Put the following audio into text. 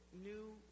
new